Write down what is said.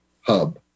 hub